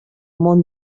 món